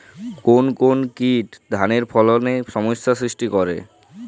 কোন কোন কীট ধানের ফলনে সমস্যা সৃষ্টি করে?